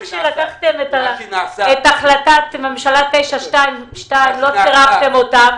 כשלקחתם את החלטת ממשלה 922 לא צרפתם אותם?